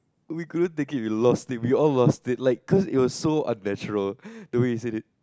we couldn't take it we lost it we all lost it like cause it was so unnatural the way he said it